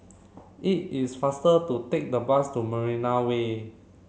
it is faster to take the bus to Marina Way